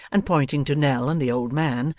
and pointing to nell and the old man,